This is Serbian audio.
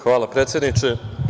Hvala, predsedniče.